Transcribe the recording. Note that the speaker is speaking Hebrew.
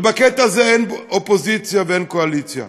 ובקטע הזה אין אופוזיציה ואין קואליציה.